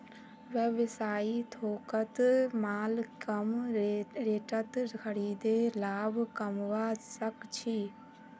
व्यवसायी थोकत माल कम रेटत खरीदे लाभ कमवा सक छी